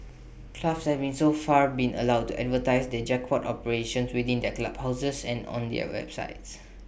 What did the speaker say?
clubs having so far been allowed to advertise their jackpot operations within their clubhouses and on their websites